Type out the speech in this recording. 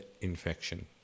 infection